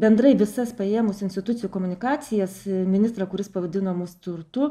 bendrai visas paėmus institucijų komunikacijas ministrą kuris pavadino mus turtu